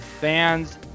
fans